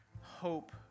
hope